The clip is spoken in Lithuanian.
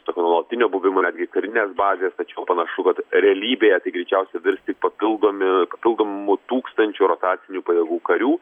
tokio nuolatinio buvimo netgi karinės bazės tačiau panašu kad realybėje tai greičiausiai virs tik papildomi papildomu tūkstančiu rotacinių pajėgų karių